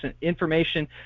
information